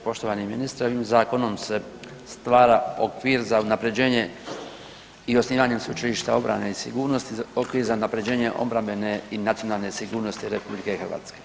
Poštovani ministre ovim zakonom se stvara okvir za unapređenje i osnivanjem Sveučilišta obrane i sigurnosti, okvir za unapređenje obrambene i nacionalne sigurnosti RH.